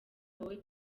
wowe